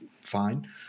fine